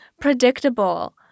predictable